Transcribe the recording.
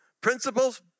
Principles